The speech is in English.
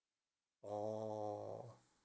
oh